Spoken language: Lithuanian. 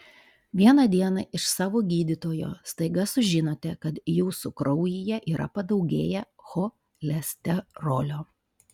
vieną dieną iš savo gydytojo staiga sužinote kad jūsų kraujyje yra padaugėję cholesterolio